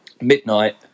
midnight